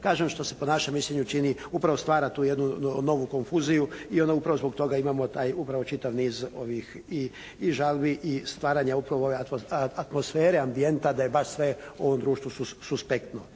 Kažem što se po našem mišljenju čini, upravo stvara tu jednu novu konfuziju i onda upravo zbog toga imamo taj upravo čitav niz ovih i žalbi i stvaranja upravo ove atmosfere, ambijenta da je baš sve u ovom društvu suspektno.